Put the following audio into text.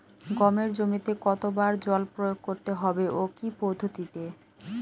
গমের জমিতে কতো বার জল প্রয়োগ করতে হবে ও কি পদ্ধতিতে?